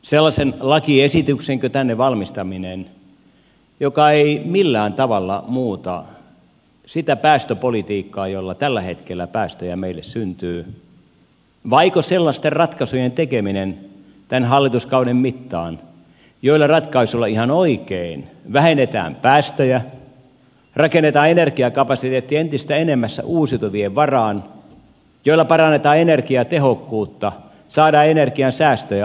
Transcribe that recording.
sellaisen lakiesityksenkö tänne valmistaminen joka ei millään tavalla muuta sitä päästöpolitiikkaa jolla tällä hetkellä päästöjä meille syntyy vaiko sellaisten ratkaisujen tekeminen tämän hallituskauden mittaan joilla ratkaisuilla ihan oikein vähennetään päästöjä rakennetaan energiakapasiteetti entistä enemmässä uusiutuvien varaan parannetaan energiatehokkuutta saadaan energiansäästöjä aikaiseksi